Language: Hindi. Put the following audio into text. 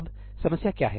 अब समस्या क्या है